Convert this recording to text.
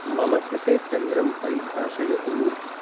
मम कृते चन्द्रं परिभाषयतु